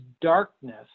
darkness